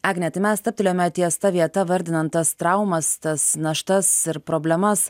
agne tai mes stabtelėjome ties ta vieta vardinant tas traumas tas naštas ir problemas